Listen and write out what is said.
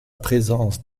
présence